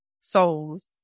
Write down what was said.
souls